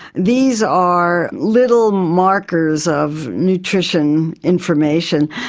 these are little markers of nutrition information,